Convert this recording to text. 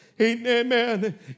Amen